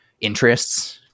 interests